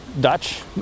Dutch